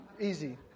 Easy